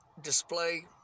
display